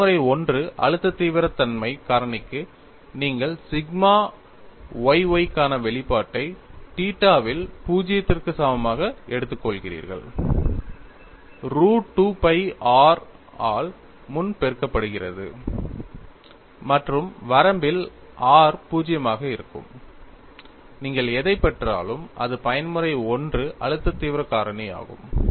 பயன்முறை I அழுத்த தீவிரத்தன்மை காரணிக்கு நீங்கள் சிக்மா yy க்கான வெளிப்பாட்டை θ வில் 0 க்கு சமமாக எடுத்துக்கொள்கிறீர்கள் ரூட் 2 pi r ஆல் முன் பெருக்கப்படுகிறது மற்றும் வரம்பில் r 0 ஆக இருக்கும் நீங்கள் எதைப் பெற்றாலும் அது பயன்முறை I அழுத்த தீவிரம் காரணியாகும்